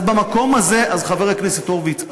חבר הכנסת הורוביץ,